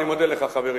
אני מודה לך, חברי.